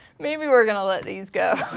maybe we're gonna let these go.